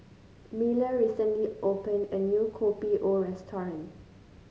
Miller recently opened a new Kopi O restaurant